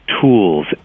tools